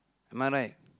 am I right